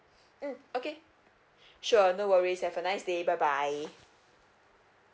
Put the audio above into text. mm okay sure no worries have a nice day bye bye